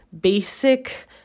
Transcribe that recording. basic